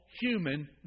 human